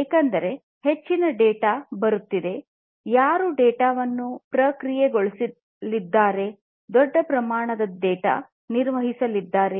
ಏಕೆಂದರೆ ಹೆಚ್ಚಿನ ಡೇಟಾ ಬರುತ್ತಿದೆ ಯಾರು ಡೇಟಾವನ್ನು ಪ್ರಕ್ರಿಯೆಗೊಳಿಸಲಿದ್ದಾರೆ ದೊಡ್ಡ ಪ್ರಮಾಣದ ಡೇಟಾ ನಿರ್ವಹಿಸಲಿದ್ದಾರೆ